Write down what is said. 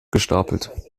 gestapelt